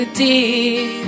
deep